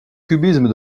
cubisme